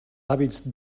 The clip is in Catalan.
hàbits